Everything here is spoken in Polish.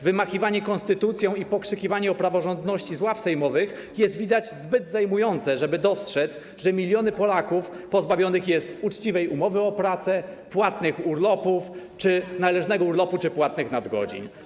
Wymachiwanie konstytucją i pokrzykiwanie o praworządności z ław sejmowych jest widać zbyt zajmujące, żeby dostrzec, że miliony Polaków pozbawionych jest uczciwej umowy o pracę, płatnych urlopów, należnego urlopu czy płatnych nadgodzin.